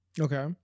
okay